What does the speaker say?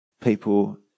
people